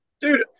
Dude